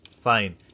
Fine